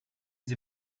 sie